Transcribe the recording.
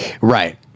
right